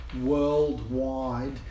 worldwide